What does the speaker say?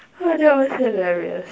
oh that was hilarious